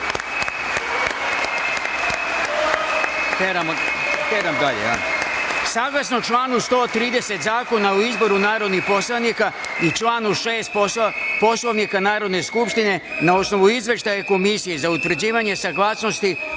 Saglasno članu 130. Zakona o izboru narodnih poslanika i članu 6. Poslovnika Narodne skupštine, na osnovu Izveštaja Komisije za utvrđivanje saglasnosti